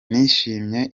nishimye